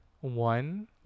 one